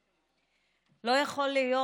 לא יכול להיות,